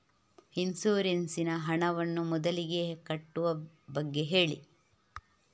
insurance ನ ಹಣವನ್ನು ಮೊದಲಿಗೆ ಕಟ್ಟುವ ಬಗ್ಗೆ ಹೇಳಿ